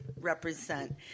represent